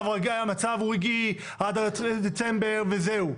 המצב הוא רגעי עד דצמבר, וזהו.